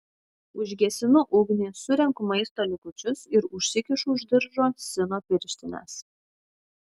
užgesinu ugnį surenku maisto likučius ir užsikišu už diržo sino pirštines